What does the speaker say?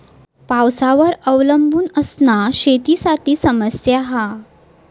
पावसावर अवलंबून असना शेतीसाठी समस्या हा